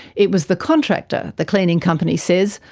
it was the contractor, the cleaning company says,